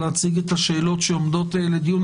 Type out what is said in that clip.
להציג את השאלות שעומדות לדיון,